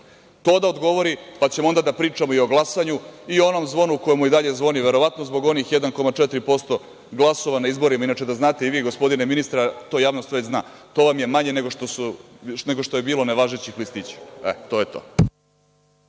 To da odgovori, pa ćemo onda da pričamo i o glasanju i o onom zvonu koje mu i dalje zvoni, verovatno zbog onih 1,4% glasova na izborima. Inače, da znate i vi, gospodine ministre, to javnost već zna. To vam je manje nego što je bilo nevažećih listića. To je to.